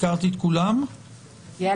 יעל